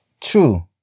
true